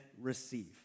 receive